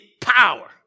power